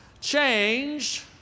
Change